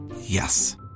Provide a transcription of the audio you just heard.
Yes